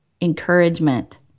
encouragement